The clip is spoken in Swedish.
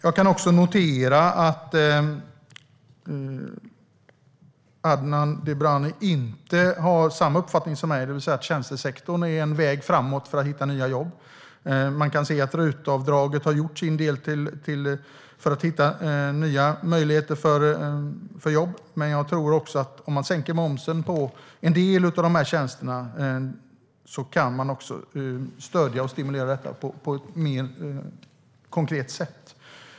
Jag kan också notera att Adnan Dibrani inte har samma uppfattning som jag om att tjänstesektorn är en väg framåt för att hitta nya jobb. Man kan se att RUT-avdraget har gjort sin del för att hitta nya möjligheter till jobb. Om man sänker momsen på en del av tjänsterna tror jag att man kan stödja och stimulera på ett mer konkret sätt.